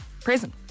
prison